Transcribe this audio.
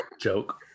Joke